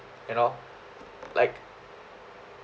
you know like